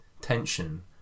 tension